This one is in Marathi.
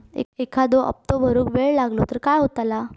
एखादो हप्तो भरुक वेळ लागलो तर काय होतला?